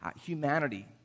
humanity